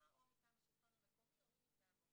או מטעם מרכז השלטון המקומי או מי מטעמו.